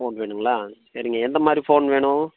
phone வேணுங்களா சரிங்க எந்த மாதிரி ஃபோன் வேணும்